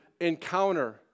encounter